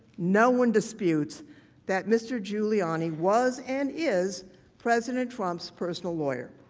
no one disputes that mr. giuliani was and is president trump's personal lawyer.